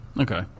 Okay